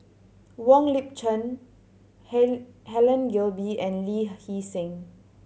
Wong Lip Chin Helen Gilbey and Lee Hee Seng